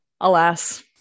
alas